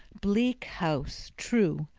bleak house true.